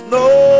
no